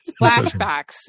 Flashbacks